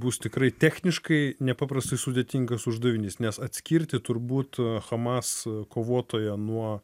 bus tikrai techniškai nepaprastai sudėtingas uždavinys nes atskirti turbūt hamas kovotoją nuo